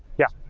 yeah.